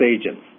agents